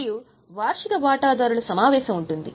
మరియు వార్షిక వాటాదారుల సమావేశం ఉంది